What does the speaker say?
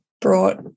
brought